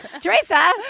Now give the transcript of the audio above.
Teresa